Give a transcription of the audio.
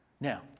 Now